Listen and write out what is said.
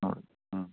ആ